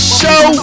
show